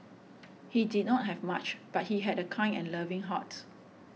he did not have much but he had a kind and loving heart